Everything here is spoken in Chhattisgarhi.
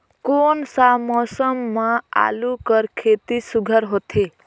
कोन सा मौसम म आलू कर खेती सुघ्घर होथे?